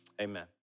amen